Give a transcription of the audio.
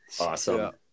Awesome